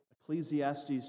Ecclesiastes